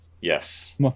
Yes